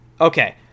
Okay